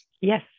Yes